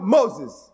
Moses